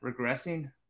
Regressing